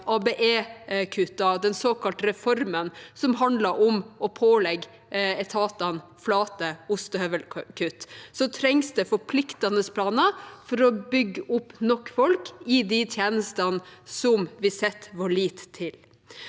den såkalte reformen som handler om å pålegge etatene flate ostehøvelkutt. Så trengs det forpliktende planer for å bygge opp med nok folk i de tjenestene som vi setter vår lit til.